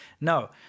No